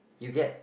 you get